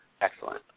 excellent